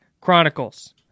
Chronicles